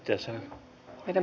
kesän em